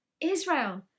Israel